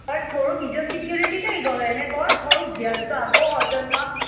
પણ થોડું બીજો સિક્યોરિટી કઈ ગયો એને કહો થોડુંક ધ્યાન તો આપો હોટલમાં